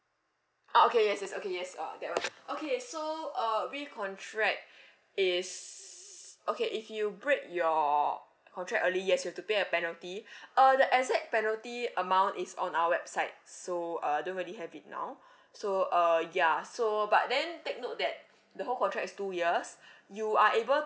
ah okay yes yes okay yes ah that [one] okay so uh re-contract is okay if you break your contract early yes you have to pay a penalty uh the exact penalty amount is on our website so uh don't really have it now so uh ya so but then take note that the whole contract is two years you are able